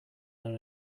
than